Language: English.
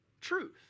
truth